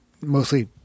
mostly